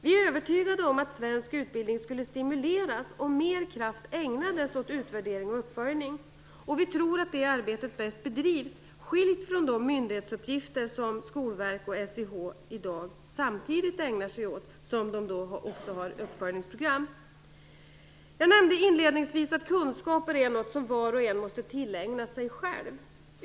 Vi är övertygade om att svensk utbildning skulle stimuleras om mera kraft ägnades åt utvärdering och uppföljning. Vi tror att det arbetet bäst bedrivs skilt från de myndighetsuppgifter som Skolverket och SIH i dag ägnar sig åt, samtidigt som det finns uppföljningsprogram. Inledningsvis nämnde jag att kunskaper är något som var och en själv måste tillägna sig.